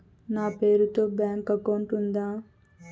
మీ పేరు తో bank account ఉందా?